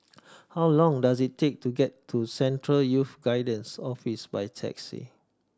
how long does it take to get to Central Youth Guidance Office by taxi